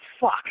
fuck